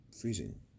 freezing